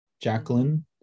jacqueline